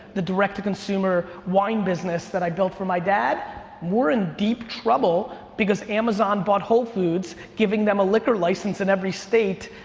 the direct-to-consumer wine business that i built for my dad, we're in deep trouble because amazon bought whole foods, giving them a liquor license in every state.